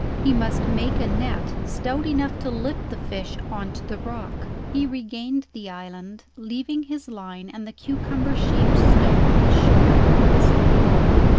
he must make a net stout enough to lift the fish on to the rock. he regained the island, leaving his line and the cucumber-shaped stone on the shore opposite the rock,